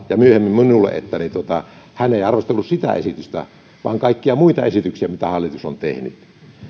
ja myöhemmin minulle nimenomaan sillä tavalla että hän ei arvostellut sitä esitystä vaan kaikkia muita esityksiä mitä hallitus on tehnyt